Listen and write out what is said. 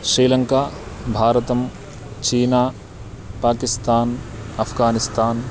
श्रीलङ्का भारतं चीना पाकिस्तान् अफ्गानिस्तान्